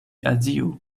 azio